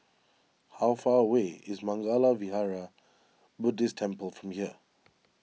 how far away is Mangala Vihara Buddhist Temple from here